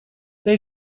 they